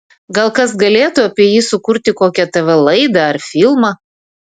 gal kas galėtų apie jį sukurti kokią tv laidą ar filmą